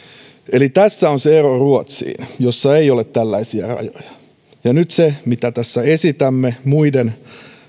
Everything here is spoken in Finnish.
eli tässä on se ero ruotsiin missä ei ole tällaisia rajoja ja nyt se mitä tässä esitämme muiden